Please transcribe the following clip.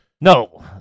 No